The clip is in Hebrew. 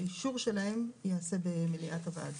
האישור שלהן ייעשה במליאת הוועדה,